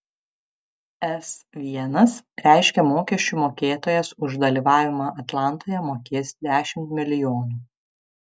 s l reiškia mokesčių mokėtojas už dalyvavimą atlantoje mokės dešimt milijonų